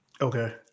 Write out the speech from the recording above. Okay